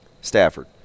Stafford